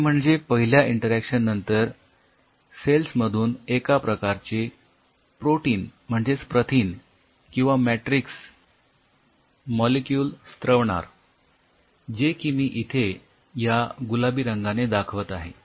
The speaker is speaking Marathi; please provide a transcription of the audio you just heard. ते म्हणजे पहिल्या इंटरॅक्शन नंतर सेल्स मधून एका प्रकारचे प्रोटीन म्हणजेच प्रथिन किंवा मॅट्रिक्स मॉलिक्यूल स्रवणार जे की मी इथे या गुलाबी रंगाने दाखवत आहे